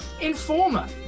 informer